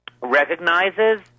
recognizes